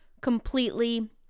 completely